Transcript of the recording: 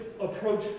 approach